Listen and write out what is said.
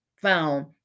found